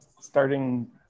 starting